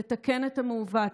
לתקן את המעוות.